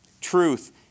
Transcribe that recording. Truth